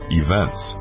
events